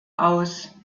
aus